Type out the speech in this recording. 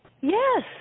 Yes